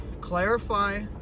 clarify